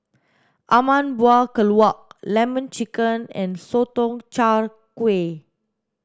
ayam buah keluak lemon chicken and sotong char kway